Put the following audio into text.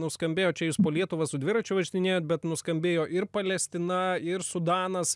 nuskambėjo čia jūs po lietuvą su dviračiu važinėjat bet nuskambėjo ir palestina ir sudanas